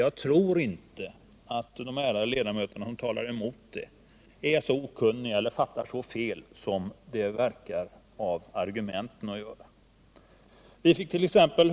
Jag tror inte att de ärade ledamöter som talar emot ett sådant system är så okunniga eller fattar så fel som det förefaller av argumenten. Vi fickt.ex.